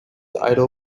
idol